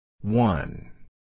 One